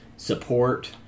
support